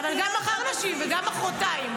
אבל גם מחר נשים וגם מוחרתיים.